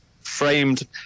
framed